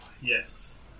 Yes